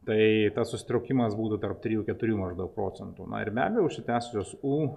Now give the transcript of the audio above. tai tas susitraukimas būtų tarp trijų keturių maždaug procentų na ir be abejo užsitęsusios u